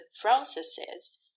processes